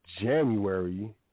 January